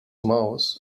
mouth